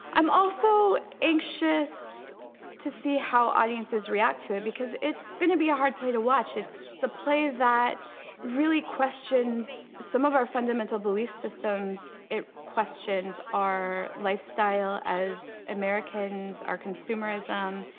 i'm also anxious to see how audiences react to it because it's gonna be a hard play to watch. it's a play that really questions some of our fundamental belief systems. it questions our lifestyle as americans, our consumerism.